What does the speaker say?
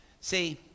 See